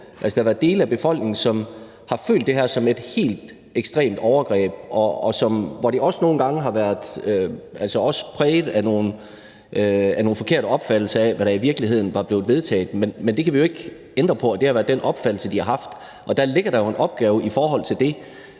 at der har været dele af befolkningen, som har følt det her som et helt ekstremt overgreb, og hvor det også nogle gange har været præget af nogle forkerte opfattelser af, hvad der i virkeligheden var blevet vedtaget. Men det kan vi jo ikke ændre på har været den opfattelse, de har haft. Der ligger der jo en opgave i forhold til det.